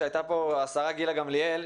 כשהייתה פה השרה גילה גמליאל,